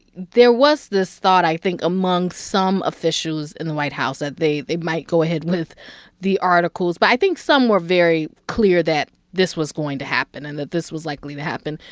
there was this thought, i think, among some officials in the white house that they they might go ahead with the articles. but i think some were very clear that this was going to happen and that this was likely to happen.